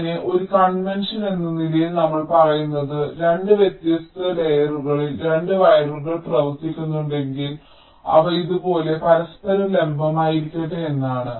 അങ്ങനെ ഒരു കൺവെൻഷൻ എന്ന നിലയിൽ നമ്മൾ പറയുന്നത് 2 വ്യത്യസ്ത ലെയറുകളിൽ 2 വയറുകൾ പ്രവർത്തിക്കുന്നുണ്ടെങ്കിൽ അവ ഇതുപോലെ പരസ്പരം ലംബമായിരിക്കട്ടെ എന്നാണ്